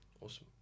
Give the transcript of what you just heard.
Awesome